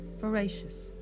voracious